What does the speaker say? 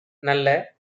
நல்ல